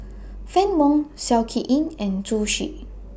Fann Wong Seow Kin Yit and Zhu Xu